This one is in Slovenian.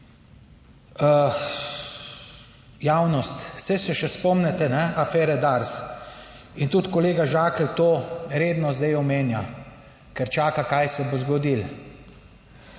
Javnost, saj se še spomnite afere Dars in tudi kolega Žakelj to redno zdaj omenja, ker čaka kaj se bo zgodilo